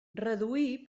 reduir